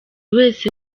wese